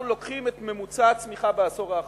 אנחנו לוקחים את ממוצע הצמיחה בעשור האחרון,